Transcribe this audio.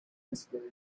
whisperer